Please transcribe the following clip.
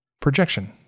projection